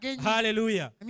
hallelujah